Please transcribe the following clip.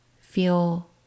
feel